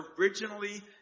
originally